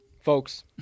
Folks